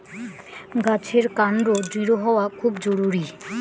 গাছের কান্ড দৃঢ় হওয়া খুব জরুরি